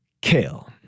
kale